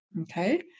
okay